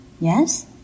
Yes